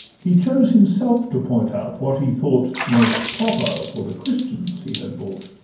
he chose himself to point out what he thought most proper for the christians he had bought.